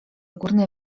górny